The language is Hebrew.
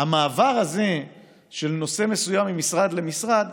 המעבר הזה של נושא מסוים ממשרד למשרד